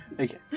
Okay